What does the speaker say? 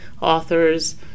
authors